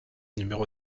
numéro